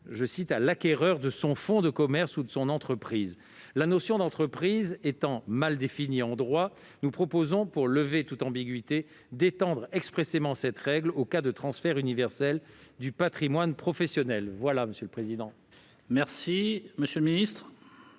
« à l'acquéreur de son fonds de commerce ou de son entreprise ». La notion d'entreprise étant mal définie en droit, il est proposé, pour lever toute ambiguïté, d'étendre expressément cette règle au cas de transfert universel du patrimoine professionnel. Quel est l'avis du Gouvernement ? Il est